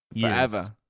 Forever